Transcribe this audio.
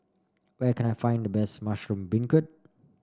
where can I find the best Mushroom Beancurd